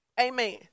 Amen